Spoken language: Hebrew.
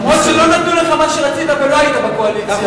נכון שלא נתנו לך מה שרצית ולא היית בקואליציה.